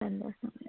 சந்தோஷம்